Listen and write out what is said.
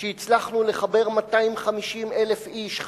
שהצלחנו לחבר 250,000 איש,